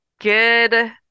good